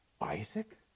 Isaac